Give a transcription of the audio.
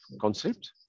concept